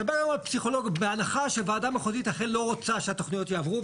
אתה בא לפסיכולוג בהנחה שוועדה מחוזית אכן לא רוצה שהתוכניות יעברו,